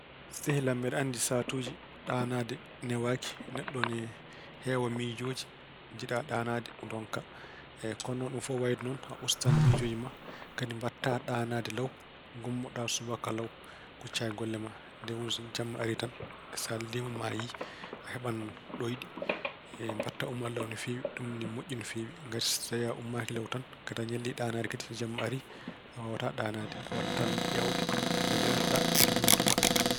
Sehil am, mbeɗa anndi sahaatuuji ɗanaade newaaki. Neɗɗo ina heewa miijooji. Njiɗa ɗanaade ndokkaa. Ko noon ɗum fof e wayde noon, a ustan miijooji ma. Kadi mbaɗta ɗanaade law, ngummoɗa subaka law, kucca e golle ma. Ndeen woni so jamma ari tan so leliima maa yiyi a heɓan ɗoyɗi. Mbaɗta ummaade law no feewi, ɗum ina moƴƴi no feewi. Ngati so tawi a ummaaki taw kadi a ñalli ɗanaade so jamma ari a waawata ɗanaade. A waɗtan ƴeewde nde lelotaɗa e nde ngummotoɗa.